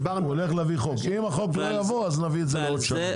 אם החוק לא יעבור אז נביא את זה בעוד שנה.